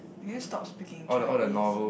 can you stop speaking Chinese